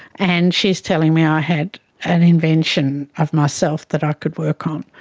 and she is telling me i had an invention of myself that i could work on.